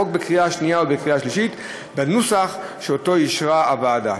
החוק בקריאה השנייה ובקריאה השלישית בנוסח שאישרה הוועדה.